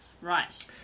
Right